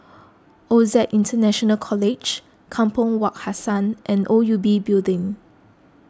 Osac International College Kampong Wak Hassan and O U B Building